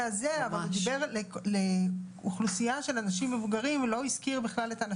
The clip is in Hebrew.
השני ולא לתת לאוכלוסיות האלה ליפול.